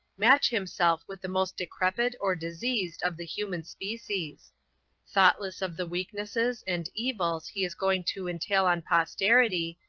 match himself with the most decrepid or diseased of the human species thoughtless of the weaknesses and evils he is going to entail on posterity,